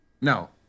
No